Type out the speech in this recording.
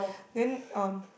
then um